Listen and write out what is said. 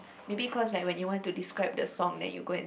maybe cause like when you want to describe the song then you go and